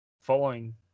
Following